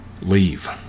leave